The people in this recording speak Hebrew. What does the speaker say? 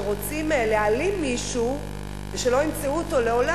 כשרוצים להעלים מישהו ושלא ימצאו אותו לעולם